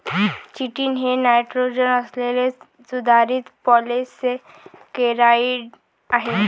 chitin हे nitrogen असलेले सुधारित पॉलिसेकेराइड आहे